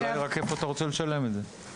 השאלה היא רק איפה אתה רוצה לשלם את זה.